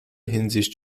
hinsicht